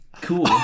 cool